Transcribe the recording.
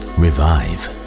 revive